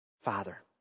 Father